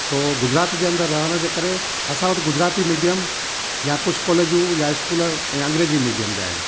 सो गुजरात जे अंदरि रहण जे करे असां वटि गुजराती मीडियम या कुझु कॉलेजूं या इस्कूल या अंग्रेजी मीडियम जा आहिनि